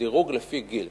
דיור לפי גיל.